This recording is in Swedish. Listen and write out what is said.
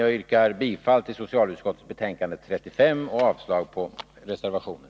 Jag yrkar bifall till socialutskottets hemställan i betänkande 35 och avslag på reservationen.